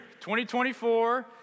2024